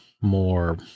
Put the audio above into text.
more